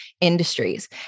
industries